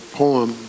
poem